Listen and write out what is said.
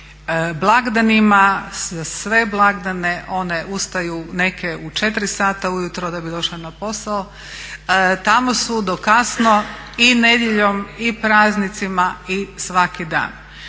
blagdanima. Sve blagdane, one ustaju neke u 4 sata ujutro da bi došle na posao, tamo su do kasno i nedjeljom i praznicima i svaki dan.